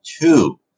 two